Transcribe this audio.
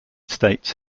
states